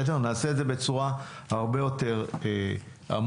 נעשה את זה בצורה הרבה יותר עמוקה.